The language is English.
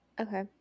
okay